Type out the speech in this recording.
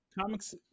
comics